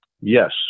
Yes